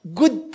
good